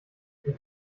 ich